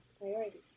priorities